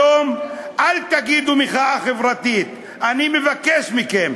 היום אל תגידו "מחאה חברתית"; אני מבקש מכם,